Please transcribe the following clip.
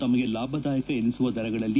ತಮಗೆ ಲಾಭದಾಯಕ ಎನಿಸುವ ದರಗಳಲ್ಲಿ